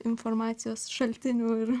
informacijos šaltinių ir